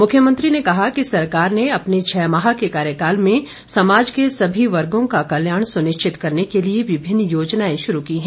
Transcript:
मुख्यमंत्री ने कहा कि सरकार ने अपने छः माह के कार्यकाल में समाज के सभी वर्गो का कल्याण सुनिश्चित करने के लिए विभिन्न योजनाएं शुरू की हैं